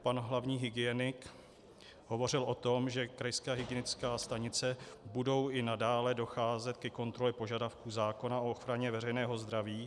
Pan hlavní hygienik hovořil o tom, že krajské hygienické stanice budou i nadále docházet ke kontrole požadavků zákona o ochraně veřejného zdraví.